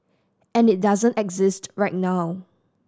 and it doesn't exist right now